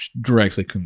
directly